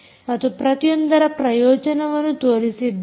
ಮತ್ತು ಪ್ರತಿಯೊಂದರ ಪ್ರಯೋಜನವನ್ನು ತೋರಿಸಿದ್ದೇವೆ